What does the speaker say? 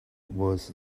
was